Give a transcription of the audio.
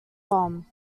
bomb